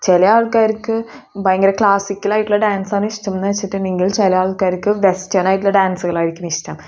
ചില ആൾക്കാർക്ക് ഭയങ്കര ക്ലാസിക്കലായിട്ടുള്ള ഡാൻസ് ആണ് ഇഷ്ടം എന്ന് വെച്ചിട്ടുണ്ടെങ്കിൽ ചില ആൾക്കാർക്ക് വെസ്റ്റേണായിട്ടുള്ള ഡാൻസുകളായിരിക്കും ഇഷ്ടം